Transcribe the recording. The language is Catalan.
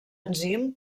enzim